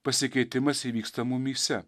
pasikeitimas įvyksta mumyse